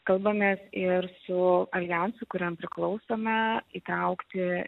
kalbamės ir su aljansu kuriam priklausome įtraukti